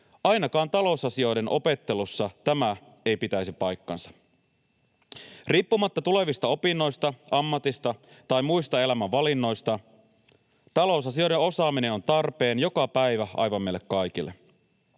ainakaan talousasioiden opettelussa tämä ei pitäisi paikkaansa. Tulevista opinnoista, ammatista tai muista elämänvalinnoista riippumatta talousasioiden osaaminen on tarpeen joka päivä aivan meille kaikille.